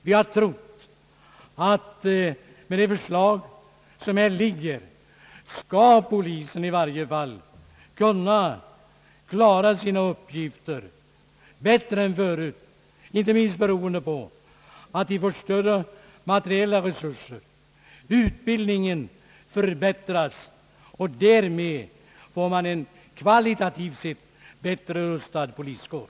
Vi har trott, att med det förslag som här föreligger skall polisen i varje fall kunna klara sina uppgifter bättre än förut, inte minst beroende på större materiella resurser, förbättrad utbildning och därmed en kvalitativt sett bättre rustad poliskår.